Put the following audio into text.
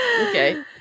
Okay